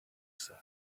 said